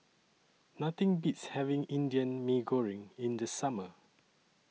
Nothing Beats having Indian Mee Goreng in The Summer